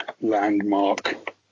landmark